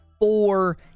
four